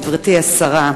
גברתי השרה,